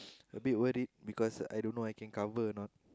a bit worried because I don't know I can cover or not